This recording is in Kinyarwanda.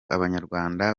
abanyarwanda